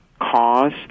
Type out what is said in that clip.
Cause